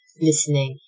listening